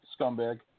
Scumbag